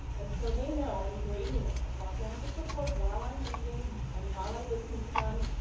and so, they know i'm grading this. i walk around with the clipboard while i'm reading and while i listen to them,